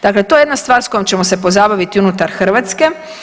Dakle, to je jedna stvar s kojom ćemo se pozabaviti unutar Hrvatske.